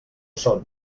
són